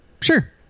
Sure